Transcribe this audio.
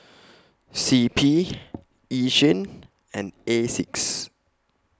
C P Yishion and Asics